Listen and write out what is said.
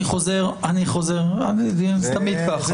אני חוזר על אמירתי,